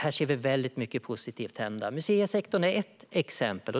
Här ser vi väldigt mycket positivt hända. Museisektorn är ett exempel.